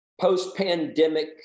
post-pandemic